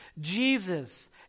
Jesus